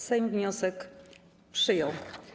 Sejm wniosek przyjął.